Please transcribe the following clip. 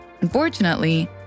Unfortunately